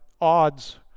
odds